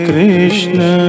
Krishna